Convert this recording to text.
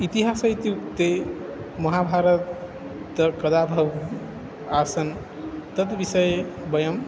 इतिहासम् इत्युक्ते महाभारतं कदा भवति आसन् तद्विषये वयं